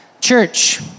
Church